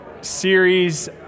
series